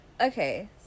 okay